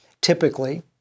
Typically